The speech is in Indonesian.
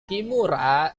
kimura